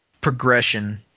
progression